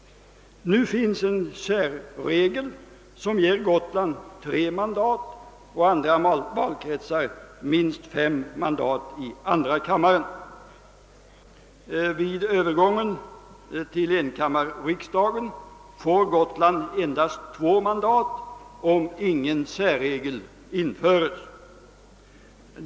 Nu finns en särregel som ger Gotland tre mandat och andra valkretsar minst fem mandat i andra kammaren. Vid övergången till enkammarriksdagen får Gotland endast två mandat, om ingen särregel införes.